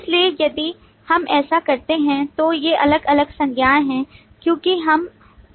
इसलिए यदि हम ऐसा करते हैं तो ये अलग अलग संज्ञाएं हैं क्योंकि हम इससे पहचान सकते हैं